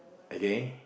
okay